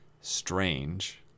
strange